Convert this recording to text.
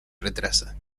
retrasa